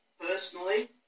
personally